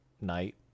night